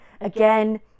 Again